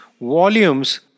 volumes